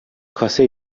کاسه